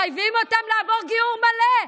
מחייבים אותם לעבור גיור מלא.